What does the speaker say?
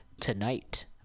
tonight